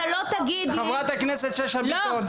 אתה לא תגיד לי --- חברת הכנסת שאשא ביטון,